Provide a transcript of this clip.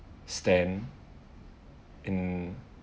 stand in